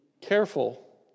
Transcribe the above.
careful